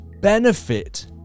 benefit